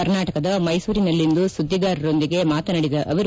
ಕರ್ನಾಟಕದ ಮೈಸೂರಿನಲ್ಲಿಂದು ಸುಧ್ವಿಗಾರರೊಂದಿಗೆ ಮಾತನಾಡಿದ ಅವರು